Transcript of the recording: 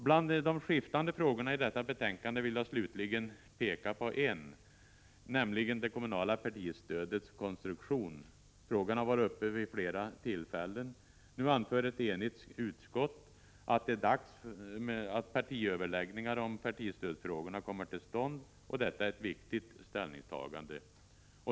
Bland de många skiftande frågorna i detta betänkande vill jag slutligen beröra en, nämligen det kommunala partistödets konstruktion. Frågan har varit uppe vid flera tillfällen. Nu anför ett enigt utskott att det är dags att partiöverläggningar i partistödsfrågorna kommer till stånd, och detta är ett viktigt ställningstagande.